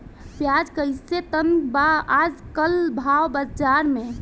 प्याज कइसे टन बा आज कल भाव बाज़ार मे?